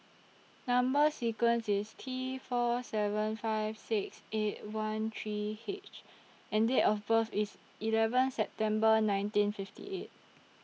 Number sequence IS T four seven five six eight one three H and Date of birth IS eleven September nineteen fifty eight